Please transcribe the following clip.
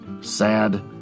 sad